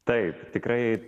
taip tikrai